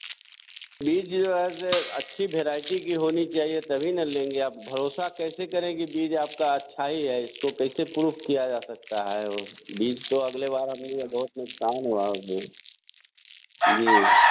बीज जो है ऐसे अच्छी वैराइटी की होनी चाहिए तभी ना लेंगे आप भरोसा कैसे करेंगे बीज आपका अच्छा ही है इसको कैसे प्रूव किया जा सकता है उस बीज तो अगले बार में हमें बहुत नुकसान हुआ हमें जी